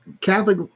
Catholic